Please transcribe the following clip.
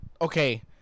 okay